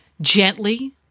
gently